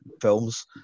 films